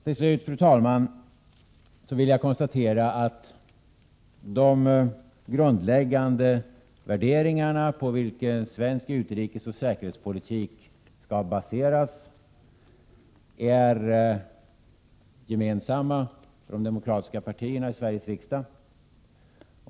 Till slut, fru talman, vill jag konstatera att de grundläggande värderingarna, på vilka svensk utrikesoch säkerhetspolitik skall baseras, är gemensamma för de demokratiska partierna i Sveriges riksdag.